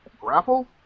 Grapple